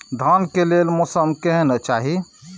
धान के लेल मौसम केहन चाहि?